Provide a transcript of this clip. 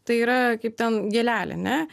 tai yra kaip ten gėlelė ne